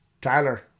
Tyler